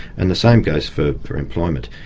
and the same goes for for employment.